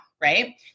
right